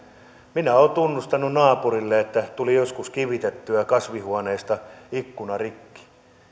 minä olen tunnustanut naapurille että tuli joskus kivitettyä kasvihuoneesta ikkuna rikki